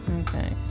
Okay